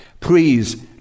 Please